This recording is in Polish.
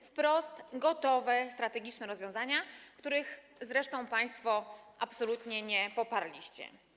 Chodzi wprost o gotowe strategiczne rozwiązania, których zresztą państwo absolutnie nie poparliście.